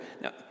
now